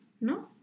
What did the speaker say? No